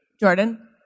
Jordan